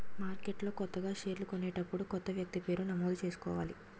మార్కెట్లో కొత్తగా షేర్లు కొనేటప్పుడు కొత్త వ్యక్తి పేరు నమోదు చేసుకోవాలి